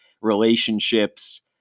relationships